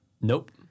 Nope